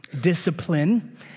discipline